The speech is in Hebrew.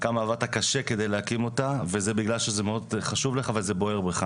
וכמה עבדת קשה כדי להקים אותה וזה בגלל שזה מאוד חשוב לך וזה בוער לך,